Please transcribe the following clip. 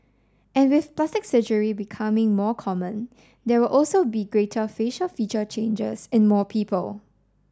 and with plastic surgery becoming more common there will also be greater facial feature changes in more people